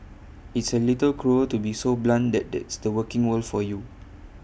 it's A little cruel to be so blunt that that's the working world for you